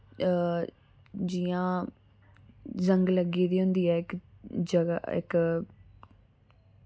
जि'यां जंग लग्गी दी होंदी ऐ इक जगह इक